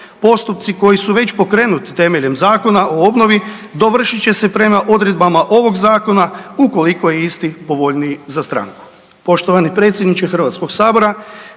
postupci koji su već pokrenuti temeljem Zakona o obnovi dovršit će se prema odredbama ovog zakona ukoliko je isti povoljniji za stranku.